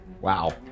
Wow